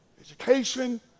Education